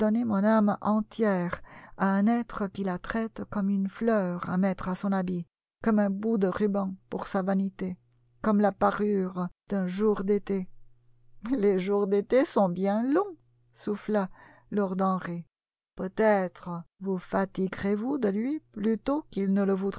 mon âme entière à un être qui la traite comme une fleur à mettre à son habit comme un bout de ruban pour sa vanité comme la parure d'un jour d'été les jours d'élé sont bien longs souffla lord henry peut-être vous fatiguerez vous de lui plus tôt qu'il ne le